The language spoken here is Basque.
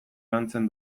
lantzen